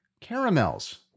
caramels